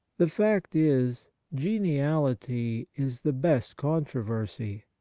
the fact is, geniality is the best controversy.